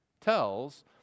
tells